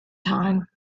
time